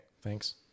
thanks